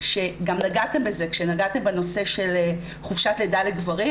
שגם נגעתם בזה כשנגעתם בנושא של חופשת לידה לגברים,